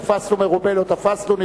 תפסנו מרובה, לא תפסנו.